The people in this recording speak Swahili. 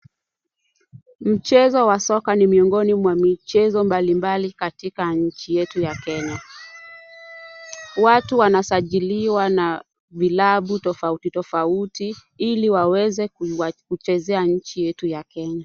Mchezo wa soka ni miongoni mwa michezo mbalimbali katika nchi yetu ya Kenya. Watu wanasajiliwa na vilabu tofauti tofauti ili waweze kuchezea nchi yetu ya Kenya.